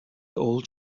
old